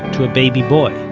to a baby boy